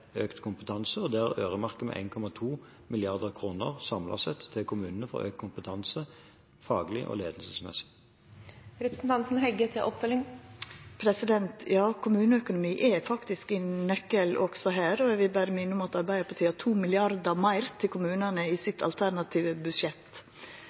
økt kompetanse. Der øremerker vi 1,2 mrd. kr samlet sett til kommunene, for økt kompetanse både faglig og ledelsesmessig. Ja, kommuneøkonomi er faktisk ein nøkkel også her, og eg vil berre minna om at Arbeidarpartiet har 2 mrd. kr meir til kommunane i sitt